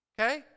Okay